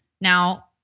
now